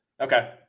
Okay